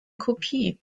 kopie